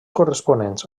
corresponents